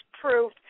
proof